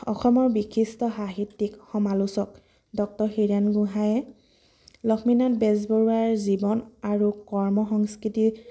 অসমৰ বিশিষ্ট সাহিত্যিক সমালোচক ডক্তৰ হীৰেণ গোহাঁয়ে লক্ষ্মীনাথ বেজবৰুৱাৰ জীৱন আৰু কৰ্ম সংস্কৃতি